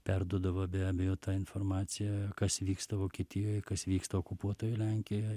perduodavo be abejo tą informaciją kas vyksta vokietijoj kas vyksta okupuotoje lenkijoj